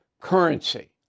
currency